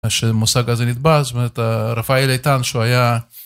אשר המושג הזה נתבע, זאת אומרת, רפאל איתן שהוא היה